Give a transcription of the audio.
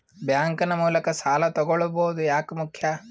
Bank ನ ಮೂಲಕ ಸಾಲ ತಗೊಳ್ಳೋದು ಯಾಕ ಮುಖ್ಯ?